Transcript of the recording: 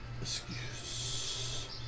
Excuse